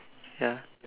ya